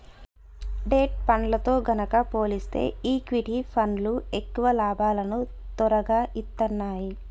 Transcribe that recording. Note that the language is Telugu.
డెట్ ఫండ్లతో గనక పోలిస్తే ఈక్విటీ ఫండ్లు ఎక్కువ లాభాలను తొరగా ఇత్తన్నాయి